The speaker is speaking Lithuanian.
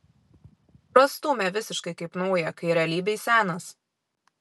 prastūmė visiškai kaip naują kai realybėj senas